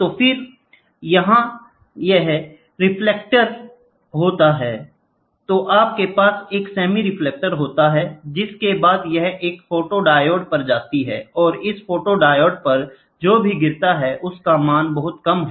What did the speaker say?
तो फिर यह यहाँ रिफ्लेक्टि होती है तो आपके पास एक सेमी रिफ्लेक्टर होता है जिसके बाद यह एक फोटोडायोड पर जाती है और इस फोटोडायोड पर जो भी गिरता है उसका मान बहुत कम है